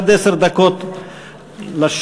עד עשר דקות לשכנוע.